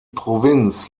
provinz